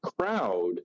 crowd